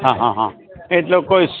હાં હાં હાં એ જ લોકો